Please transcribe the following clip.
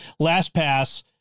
LastPass